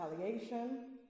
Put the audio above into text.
retaliation